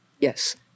Yes